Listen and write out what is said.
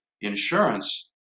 insurance